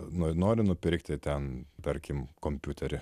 nori nupirkti ten tarkim kompiuterį